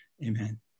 Amen